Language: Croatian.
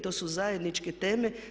To su zajedničke teme.